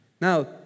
Now